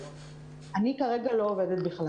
אני כרגע לא עובדת בכלל.